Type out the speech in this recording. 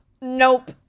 Nope